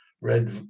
Red